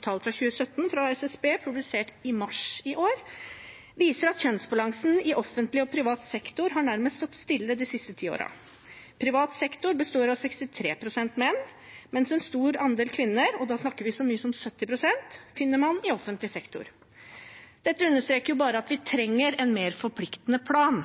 Tall fra 2017 fra SSB publisert i mars i år viser at kjønnsbalansen i offentlig og privat sektor nærmest har stått stille de siste ti årene. Privat sektor består av 63 pst. menn, mens en stor andel kvinner – og da snakker vi om så mye som 70 pst. – finner man i offentlig sektor. Dette bare understreker at vi trenger en mer forpliktende plan.